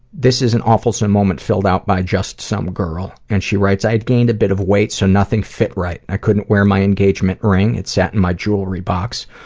this is an awefulsome moment filled out by just some girl, and she writes, i had gained a bit of weight so nothing fit right. i couldn't wear my engagement ring it sat in my jewelry box.